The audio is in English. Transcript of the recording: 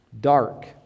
dark